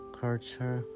culture